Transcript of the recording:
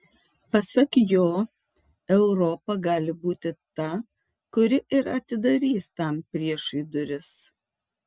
pasak jo europa gali būti ta kuri ir atidarys tam priešui duris